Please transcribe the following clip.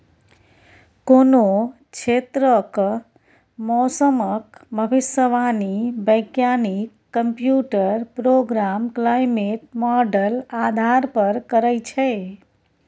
कोनो क्षेत्रक मौसमक भविष्यवाणी बैज्ञानिक कंप्यूटर प्रोग्राम क्लाइमेट माँडल आधार पर करय छै